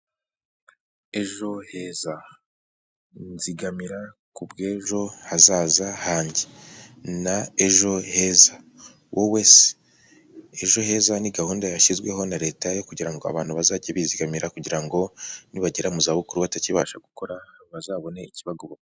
Ejo heza. Nzigamira ku bw'ejo hazaza hanjye na ejo heza. Wowe se? Ejo heza ni gahunda yashyizweho na leta kugira ngo abantu bazajye bizigamira kugira ngo nibagera mu zabukuru batakibasha gukora, bazabone ikibagoboka.